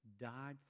died